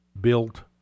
built